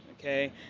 okay